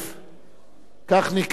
כך נקראה עלייה זו,